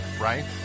right